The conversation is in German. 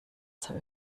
zur